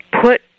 put